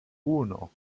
uno